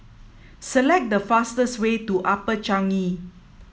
select the fastest way to Upper Changi